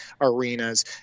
arenas